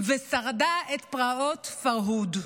ושרדה את פרעות הפרהוד.